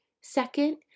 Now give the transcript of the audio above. Second